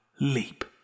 Leap